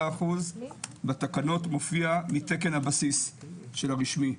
בתקנות מופיע מתקן הבסיס של הרשמי,